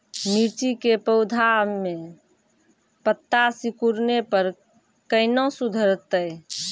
मिर्ची के पौघा मे पत्ता सिकुड़ने पर कैना सुधरतै?